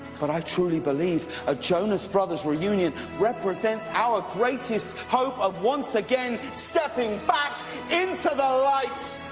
but i truly believe a jonas brothers reunion represents our greatest hope of once again stepping back into the light.